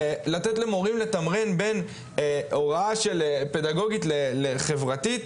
לתת למורים לתמרן בין הוראה פדגוגית לחברתית,